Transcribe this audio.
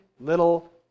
little